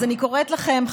אז אני קוראת לכם,